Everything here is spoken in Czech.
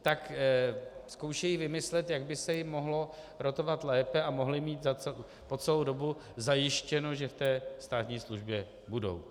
Tak zkoušejí vymyslet, jak by se jim mohlo rotovat lépe a mohli mít po celou dobu zajištěno, že v té státní službě budou.